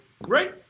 Right